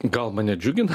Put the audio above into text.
gal mane džiugina